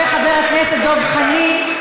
וחבר הכנסת דב חנין.